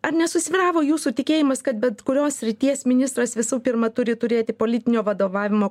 ar nesusvyravo jūsų tikėjimas kad bet kurios srities ministras visų pirma turi turėti politinio vadovavimo